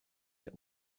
der